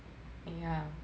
yeah